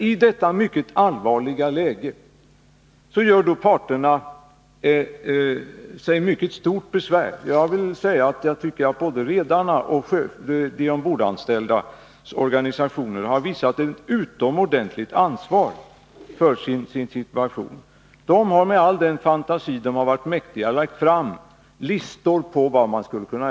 I detta mycket allvarliga läge gör sig parterna alltså mycket stort besvär — jag tycker att både redarnas och de ombordanställdas organisationer har visat ett utomordentligt stort ansvar för sin situation. De har med all den fantasi de varit mäktiga lagt fram listor över vad som skulle kunna göras.